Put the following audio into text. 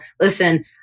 Listen